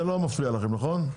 זה לא מפריע לכם, נכון?